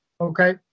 Okay